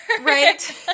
Right